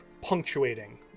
punctuating